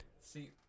See